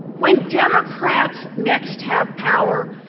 when democrats next have power,